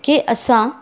के असां